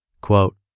Quote